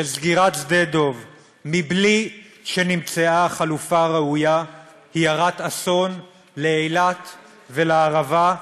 סגירת שדה-דב בלי שנמצאה חלופה ראויה היא הרת אסון לאילת ולערבה,